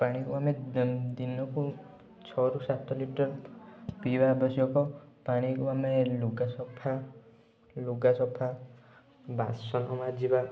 ପାଣିକୁ ଆମେ ଦିନକୁ ଛରୁ ସାତ ଲିଟର ପିଇବା ଆବଶ୍ୟକ ପାଣିରୁ ଆମେ ଲୁଗା ସଫା ଲୁଗା ସଫା ବାସନ ମାଜିବା